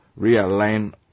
realign